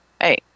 Hey